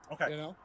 Okay